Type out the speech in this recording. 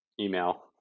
email